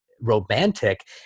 romantic